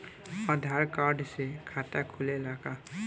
आधार card से खाता खुले ला का?